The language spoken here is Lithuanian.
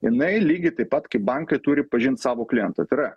jinai lygiai taip pat kaip bankai turi pažint savo klientą tai yra